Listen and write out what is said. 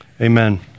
Amen